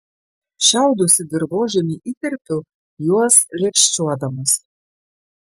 šiaudus į dirvožemį įterpiu juos lėkščiuodamas